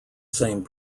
same